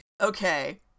Okay